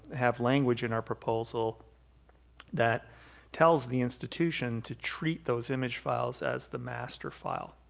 have language in our proposal that tells the institution to treat those image files as the master file,